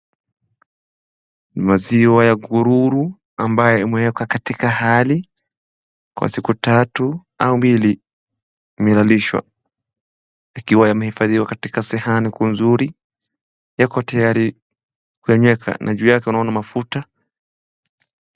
Maziwa ya kururu, ambaye imewekwa katika hali kwa siku tatu au mbili imelalishwa, ikiwa yamehifadhiwa katika sahani mzuri yako tayari kuenyeka na juu yake unaona mafuta.